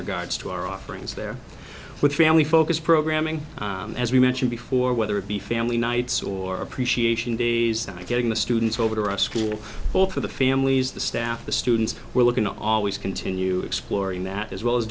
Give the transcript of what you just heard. regards to our offerings there with family focus programming as we mentioned before whether it be family nights or appreciation days that are getting the students over to our school both for the families the staff the students we're looking always continue exploring that as well as